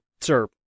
Sir